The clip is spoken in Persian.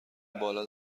بالا